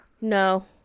No